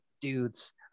dudes